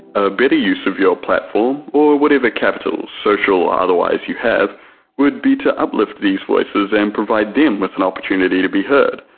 a better use of your platform or whatever capital, social or otherwise you have would be to uplift these voices and provide them with an opportunity to be heard.